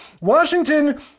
Washington